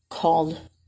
called